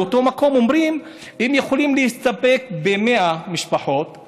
באותו מקום אומרים שהם יכולים להסתפק ב-100 משפחות,